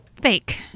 Fake